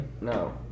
No